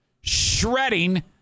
shredding